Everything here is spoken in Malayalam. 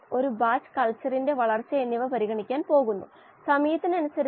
y 𝑦Ai xAi എന്നീ ഇന്റർഫെയിസ് ഗാഢതകൾ അളക്കാൻ ബുദ്ധിമുട്ടാണ്